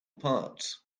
parts